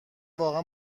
واقعا